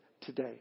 today